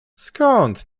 skąd